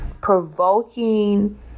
provoking